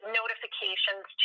notifications